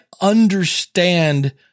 understand